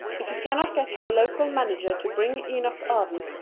if you cannot get your local manager to bring enoch arden,